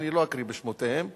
אני לא אקרא בשמותיהם וזהו.